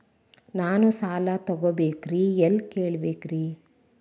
ನಾನು ಸಾಲ ತೊಗೋಬೇಕ್ರಿ ಎಲ್ಲ ಕೇಳಬೇಕ್ರಿ?